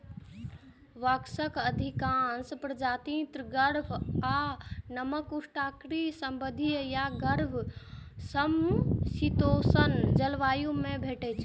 बांसक अधिकांश प्रजाति गर्म आ नम उष्णकटिबंधीय आ गर्म समशीतोष्ण जलवायु मे भेटै छै